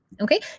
okay